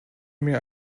mir